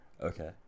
okay